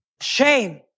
Shame